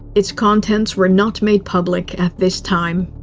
its contents were not made public at this time.